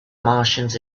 martians